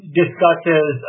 discusses